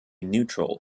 neutral